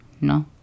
no